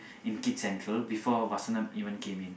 in Kids-Central before Vasantham even came in